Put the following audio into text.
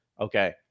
Okay